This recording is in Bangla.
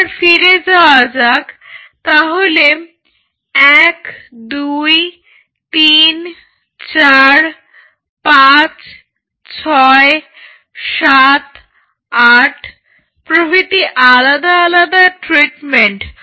আবার ফিরে যাওয়া যাক তাহলে 1 2 3 4 5 6 7 8 প্রভৃতি আলাদা আলাদা ট্রিটমেন্ট